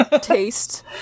taste